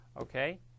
okay